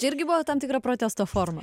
čia irgi buvo tam tikra protesto forma